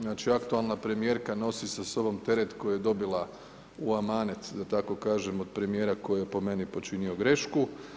Znači aktualna premijerka nosi sa sobom teret koji je dobila u amanet da tako kažem od premijera koji je po meni počinio grešku.